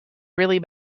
really